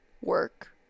work